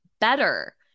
better